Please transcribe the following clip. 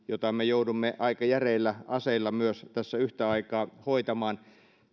jota me myös joudumme aika järeillä aseilla tässä yhtä aikaa hoitamaan